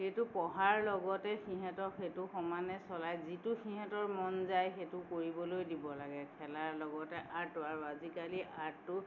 সেইটো পঢ়াৰ লগতে সিহঁতক সেইটো সমানে চলাই যিটো সিহঁতে সিহঁতৰ মন যায় সেইটো কৰিবলৈ দিব লাগে খেলাৰ লগতে আৰ্ট আৰু আজিকালি আৰ্টটো